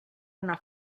una